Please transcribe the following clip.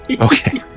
Okay